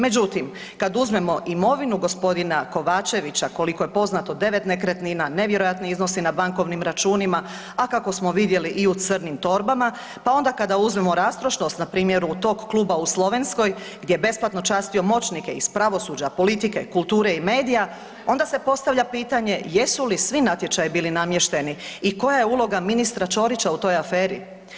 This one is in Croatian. Međutim, kad uzmemo imovinu g. Kovačevića, koliko je poznato, 9 nekretnina, nevjerojatni iznosi na bankovnom računima, a kako smo vidjeli i u crnim torbama, pa onda kada uzmemo rastrošnost, npr. u tog kluba u Slovenskoj gdje je besplatno častio moćnike iz pravosuđa, politike, kulture i medija, onda se postavlja pitanje, jesu li svi natječaji bili namješteni i koja je uloga ministra Ćorića u toj aferi?